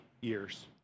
years